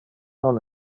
non